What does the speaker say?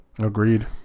Agreed